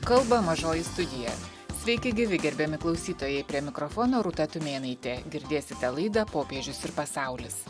kalba mažoji studija sveiki gyvi gerbiami klausytojai prie mikrofono rūta tumėnaitė girdėsite laidą popiežius ir pasaulis